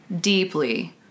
deeply